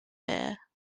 bear